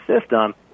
system